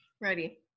Ready